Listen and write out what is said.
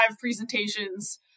presentations